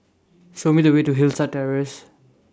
Show Me The Way to Hillside Terrace